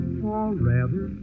forever